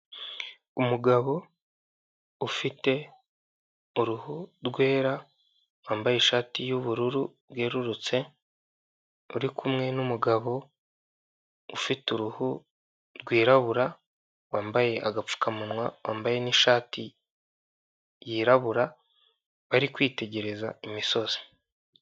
Umugabo ufite uruhu rwera wambaye ishati y'ubururu bwerurutse, uri kumwe n'umugabo ufite uruhu rwirabura wambaye agapfukamunwa, wambaye n'ishati yirabura, bari kwitegereza imisozi.